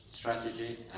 strategy